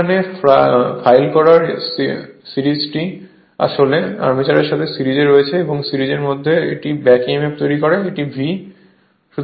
এখানে ফাইল করা সিরিজটি আর্মেচারের সাথে সিরিজে রয়েছে এটি সিরিজের মধ্যে রয়েছে এবং এটি ব্যাক emf এবং এটি V